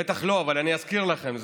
בטח לא, אבל אני אזכיר לכם.